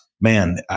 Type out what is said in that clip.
man